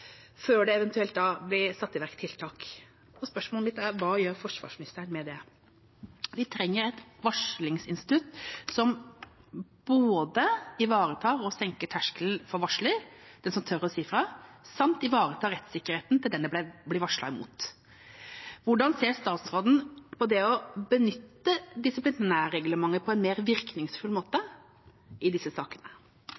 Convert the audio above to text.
før det eventuelt blir satt i verk tiltak. Spørsmålet mitt er: Hva gjør forsvarsministeren med det? Vi trenger et varslingsinstitutt som både ivaretar og senker terskelen for varsler, den som tør å si fra, samt ivaretar rettssikkerheten til den det blir varslet imot. Hvordan ser statsråden på det å benytte disiplinærreglementet på en mer virkningsfull måte